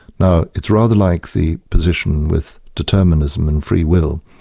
now it's rather like the position with determinism and freewill,